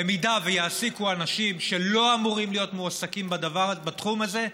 במידה שהם יעסיקו אנשים שלא אמורים להיות מועסקים בתחום הזה,